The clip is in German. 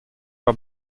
bei